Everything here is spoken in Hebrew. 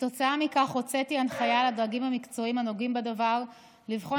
כתוצאה מכך הוצאתי הנחיה לדרגים המקצועיים הנוגעים בדבר לבחון